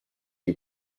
you